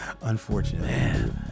unfortunately